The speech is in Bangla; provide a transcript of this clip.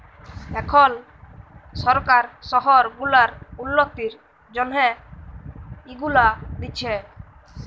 এখল সরকার শহর গুলার উল্ল্যতির জ্যনহে ইগুলা দিছে